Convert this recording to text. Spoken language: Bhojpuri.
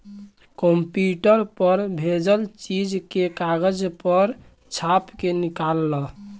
कंप्यूटर पर भेजल चीज के कागज पर छाप के निकाल ल